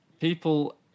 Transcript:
people